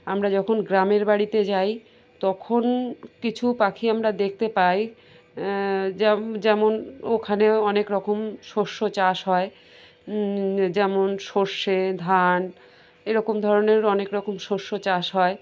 আমরা যখন গ্রামের বাড়িতে যাই তখন কিছু পাখি আমরা দেখতে পাই যেমন ওখানে অনেক রকম শস্য চাষ হয় যেমন সর্ষে ধান এরকম ধরনের অনেক রকম শস্য চাষ হয়